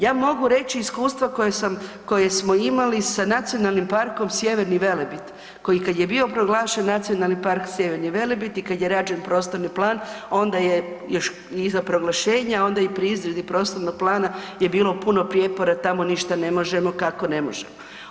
Ja mogu reći iskustvo koje smo imali sa Nacionalnim parkom „Sjeverni Velebit“ koji kad je bio proglašen Nacionalnim parkom „Sjeverni Velebit“ i kada je rađen prostorni plan onda je iza proglašenja, a onda i pri izradi prostornog plana je bilo puno prijepora, tamo ništa ne možemo, kako ne možemo.